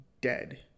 dead